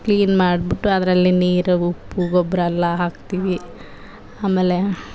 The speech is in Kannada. ಕ್ಲೀನ್ ಮಾಡ್ಬಿಟ್ಟು ಅದ್ರಲ್ಲಿ ನೀರು ಉಪ್ಪು ಗೊಬ್ಬರ ಎಲ್ಲ ಹಾಕ್ತೀವಿ ಆಮೇಲೇ